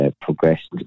progressed